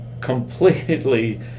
completely